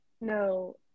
no